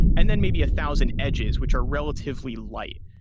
and then maybe a thousand edges which are relatively light.